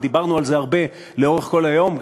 ודיברנו על זה הרבה לאורך כל היום,